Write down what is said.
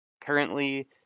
currently